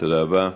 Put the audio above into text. תודה רבה.